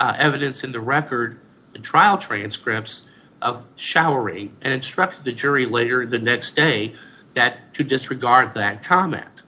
evidence in the record the trial transcripts of showery and instructed the jury later the next day that to disregard that comment